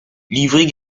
livry